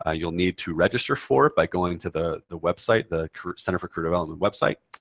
ah you'll need to register for it by going to the the website the center for career development website.